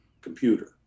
computer